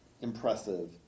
impressive